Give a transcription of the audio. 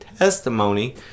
testimony